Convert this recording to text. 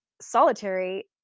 solitary